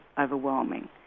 overwhelming